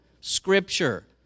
scripture